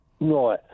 Right